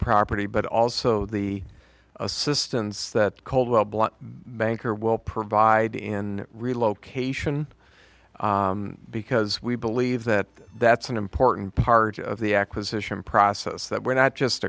property but also the assistance that coldwell blunt banker will provide in relocation because we believe that that's an important part of the acquisition process that we're not just